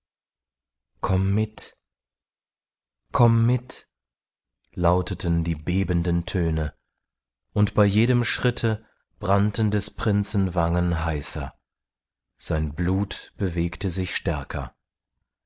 komm mit komm mit lauteten die bebenden töne und bei jedem schritte brannten des prinzen wangen heißer sein blut bewegte sich stärker